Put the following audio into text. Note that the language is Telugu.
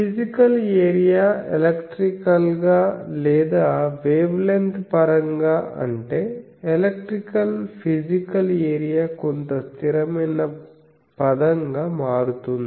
ఫీజికల్ ఏరియా ఎలక్ట్రికల్ గా లేదా వేవ్లెంగ్త్ పరంగా అంటే ఎలక్ట్రికల్ ఫీజికల్ ఏరియా కొంత స్థిరమైన పదంగా మారుతుంది